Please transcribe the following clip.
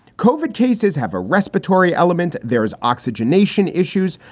cauvin cases have a respiratory element. there is oxygenation issues.